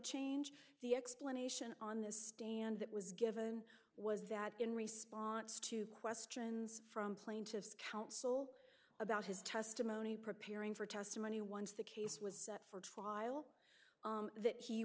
change the explanation on the stand that was given was that in response to questions from plaintiff's counsel about his testimony preparing for testimony once the case was set for trial